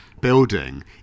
building